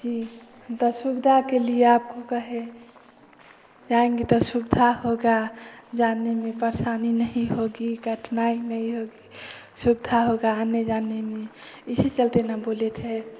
जी द सुविधा के लिए आपको कहे जायेंगे तो सुविधा होगा जाने में परेशानी नहीं होगी कठिनाई नहीं होगी सुविधा होगा आने जाने में इसी चलते ना बोले थे